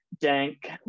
dank